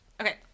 Okay